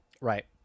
Right